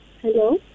Hello